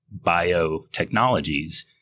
biotechnologies